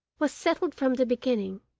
was settled from the beginning,